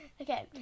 okay